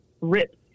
rips